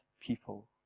people